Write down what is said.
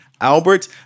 Albert